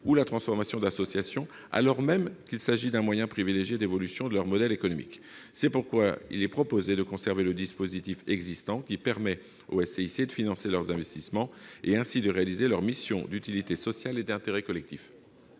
ou la transformation d'associations, alors même qu'il s'agit d'un moyen privilégié d'évolution de leur modèle économique. C'est pourquoi il est proposé de conserver le dispositif existant, qui permet aux SCIC de financer leurs investissements, et, ainsi, de réaliser leur mission d'utilité sociale et d'intérêt collectif.